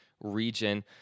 region